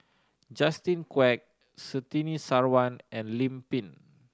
Justin Quek Surtini Sarwan and Lim Pin